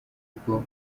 ubwo